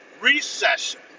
recession